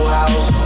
house